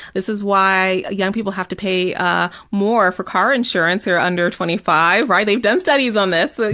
this is why young people have to pay ah more for car insurance who are under twenty five. right? they've done studies on this.